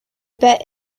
bet